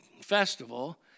festival